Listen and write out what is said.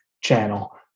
channel